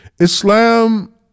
Islam